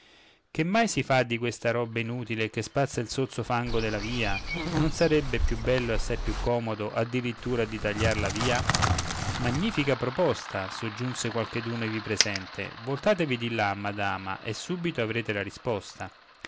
che mai si fa di questa roba inutile che spazza il sozzo fango della via non sarebbe più bello e assai più comodo addirittura di tagliarla via magnifica proposta soggiunse qualcheduna ivi presente voltatevi di là madama e subito avrete la risposta